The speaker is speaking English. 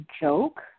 joke